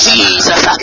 Jesus